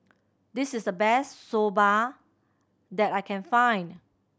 this is the best Soba that I can find